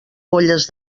polles